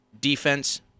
defense